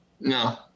No